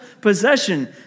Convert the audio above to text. possession